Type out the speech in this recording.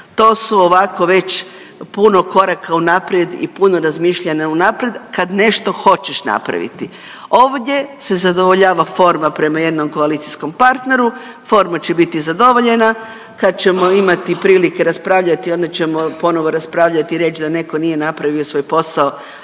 tu su ovako već puno koraka unaprijed i puno razmišljanja unapred kad nešto hoćeš napraviti. Ovdje se zadovoljava forma prema jednom koalicijskom partneru, forma će biti zadovoljena. Kad ćemo imati prilike raspravljati onda ćemo ponovo raspravljati i reć da neko nije napravio svoj posao,